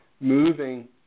moving